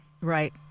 Right